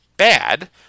bad